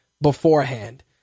beforehand